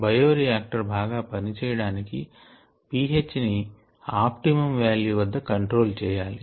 bioreactor బాగా పనిచేయడానికి pH ని ఒక ఆప్టిమమ్ వాల్యూ వద్ద కంట్రోల్ చేయాలి